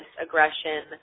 aggression